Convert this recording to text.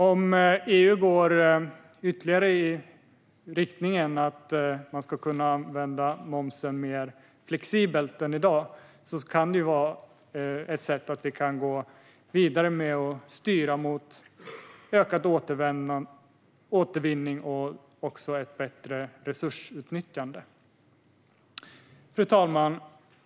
Om EU fortsätter att gå i riktningen att man ska kunna använda momsen mer flexibelt än i dag kan det vara ett sätt att styra mer mot ökad återvinning och bättre resursutnyttjande. Fru talman!